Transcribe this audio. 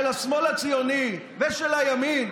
של השמאל הציוני ושל הימין,